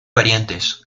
variantes